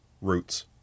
roots